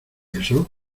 eso